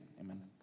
amen